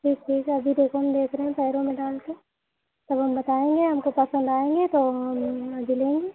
जी ठीक है अभी देखो हम देख रहे हैं पैरों में डालकर तब हम बताएँगे हमको पसन्द आएँगे तो हम ले लेंगे